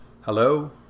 Hello